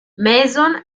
mason